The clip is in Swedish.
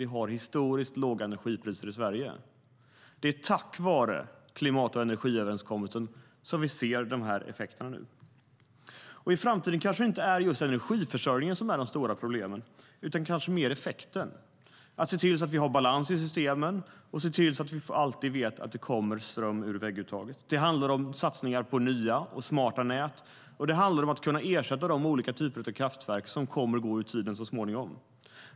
Vi har historiskt låga energipriser i Sverige. Det är tack vare klimat och energiöverenskommelsen som vi ser de här effekterna nu.I framtiden är det måhända inte just energiförsörjningen som är det stora problemet, utan kanske mer effekten. Vi ska se till att vi har balans i systemen och se till att vi vet att det alltid kommer ström i vägguttaget. Det handlar om satsningar på nya och smarta nät och om att kunna ersätta de olika typer av kraftverk som så småningom kommer att gå ur tiden.